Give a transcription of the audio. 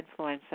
influencers